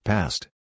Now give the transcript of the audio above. Past